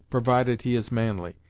provided he is manly,